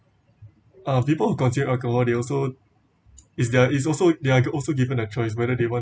uh people who consumed alcohol they also is there is also they are also given a choice whether they want